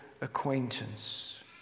acquaintance